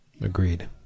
Agreed